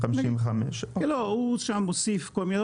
3,055. הוא שם הוסיף כל מיני,